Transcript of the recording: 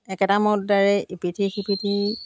একেটা মুদ্ৰাৰেই ইপিঠি শিপিঠি